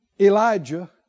Elijah